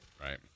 Right